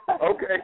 Okay